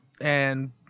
and-